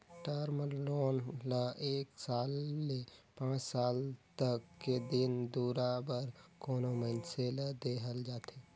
term loan ल एक साल ले पांच साल तक के दिन दुरा बर कोनो मइनसे ल देहल जाथे